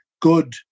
good